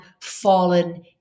fallen